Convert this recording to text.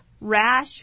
rash